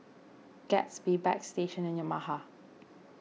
Gatsby Bagstationz and Yamaha